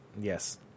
yes